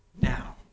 now